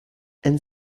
and